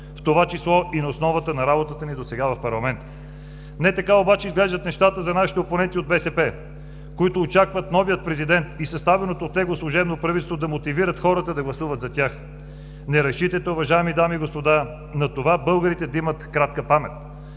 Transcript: в това число и на основата на работата ни досега в парламента. Не така обаче изглеждат нещата за нашите опоненти от БСП, които очакват новият президент и съставеното от него служебно правителство, да мотивират хората да гласуват за тях. Не разчитайте, уважаеми дами и господа, на това българите да имат кратка памет!